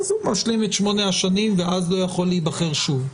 אז הוא משלים את שמונה השנים ואז לא יכול להיבחר שוב.